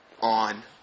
on